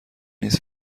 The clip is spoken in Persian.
نیز